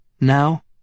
Now